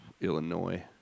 Illinois